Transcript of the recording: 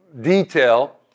detail